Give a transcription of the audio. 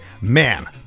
man